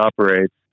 operates